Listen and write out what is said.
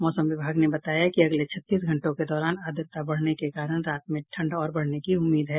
मौसम विभाग ने बताया कि अगले छत्तीस घंटों के दौरान आद्रता बढ़ने के कारण रात में ठंड और बढ़ने की उम्मीद है